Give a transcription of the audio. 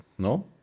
No